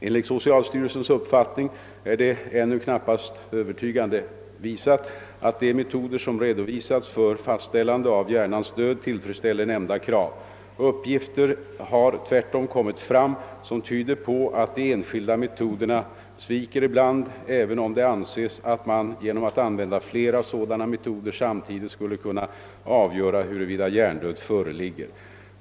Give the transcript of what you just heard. Enligt socialstyrelsens uppfattning är det ännu knappast övertygande visat, att de metoder som redovisats för fastställande av hjärnans död tillfredsställer nämnda krav. Uppgifter har tvärtom kommit fram, som tyder på att de enskilda metoderna sviker ibland, även om det anses att man genom att använda flera sådana metoder samtidigt skulle kunna avgöra huruvida hjärndöd föreligger.